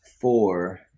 four